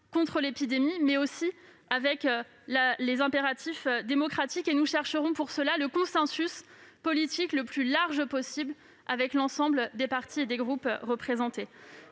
contre l'épidémie, mais aussi avec les impératifs démocratiques. Pour cela, nous rechercherons le consensus politique le plus large possible avec l'ensemble des partis et des groupes représentés.